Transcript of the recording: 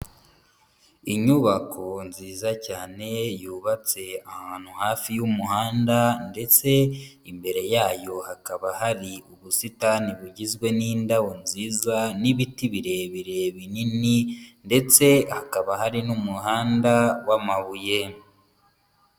Inyubako nziza cyane yubatse ahantu hafi y'umuhanda ndetse imbere yayo hakaba hari ubusitani bugizwe n'indabo nziza n'ibiti birebire binini ndetse hakaba hari n'umuhanda w'amabuye.